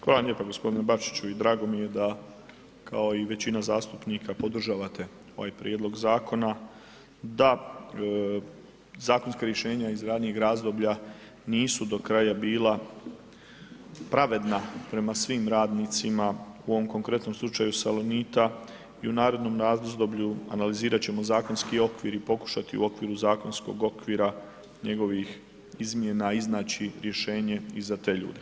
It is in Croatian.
Hvala vam lijepa g. Bačiću i drago mi je da kao i većina zastupnika podržavate ovaj prijedlog zakona, da zakonska rješenja iz ranijih razdoblja nisu do kraja bila pravedna prema svim radnicima, u ovom konkretnom slučaju Salonita i u narednom razdoblju analizirat ćemo zakonski okvir i pokušati u okviru zakonskog okvira njegovih izmjena iznaći rješenje i za te ljude.